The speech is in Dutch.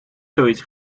zoiets